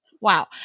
Wow